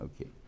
okay